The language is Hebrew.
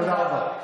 תודה רבה.